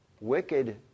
Wicked